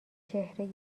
چهره